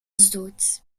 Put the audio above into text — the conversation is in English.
district